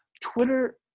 Twitter